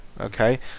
okay